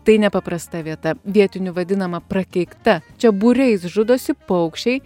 tai nepaprasta vieta vietinių vadinama prakeikta čia būriais žudosi paukščiai